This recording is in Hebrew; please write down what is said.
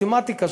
מתמטיקה,